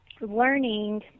learning